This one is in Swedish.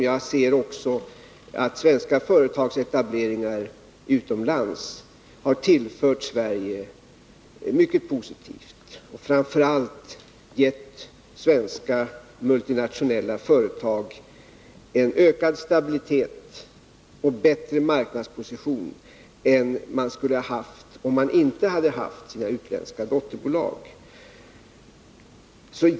Jag anser också att svenska företags etableringar utomlands har tillfört Sverige mycket positivt och framför allt gett svenska multinationella företag en ökad stabilitet och bättre marknadsposition än de skulle ha haft utan sina utländska dotterbolag.